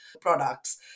products